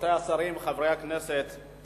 רבותי השרים, חברי הכנסת,